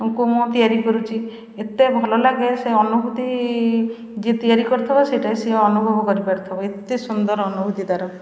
ଙ୍କୁ ମୁଁ ତିଆରି କରୁଛି ଏତେ ଭଲ ଲାଗେ ସେ ଅନୁଭୂତି ଯିଏ ତିଆରି କରିଥିବ ସେଇଟା ହିଁ ସିଏ ଅନୁଭବ କରିପାରୁଥବ ଏତେ ସୁନ୍ଦର ଅନୁଭୂତି ତା'ର